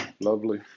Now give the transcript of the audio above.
Lovely